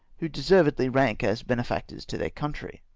who deservedly rank as benefactors to their country.